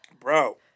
Bro